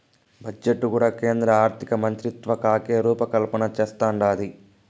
budget కూడా కేంద్ర ఆర్థికమంత్రిత్వకాకే రూపకల్పన చేస్తందాది